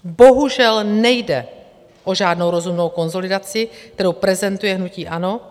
Bohužel nejde o žádnou rozumnou konsolidaci, kterou prezentuje hnutí ANO.